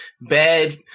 bad